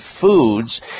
foods